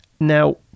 Now